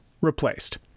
replaced